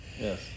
Yes